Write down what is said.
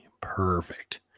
Perfect